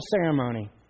ceremony